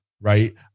Right